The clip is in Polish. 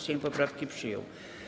Sejm poprawki przyjął.